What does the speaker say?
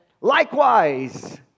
Likewise